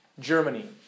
Germany